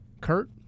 Kurt